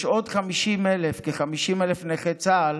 יש עוד כ-50,000 נכי צה"ל